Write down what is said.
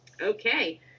Okay